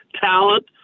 talent